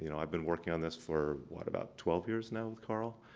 you know i've been working on this for what, about twelve years now with carl.